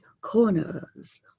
corners